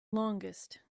longest